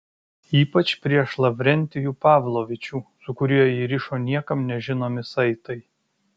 ypač prieš lavrentijų pavlovičių su kuriuo jį rišo niekam nežinomi saitai